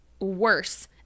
worse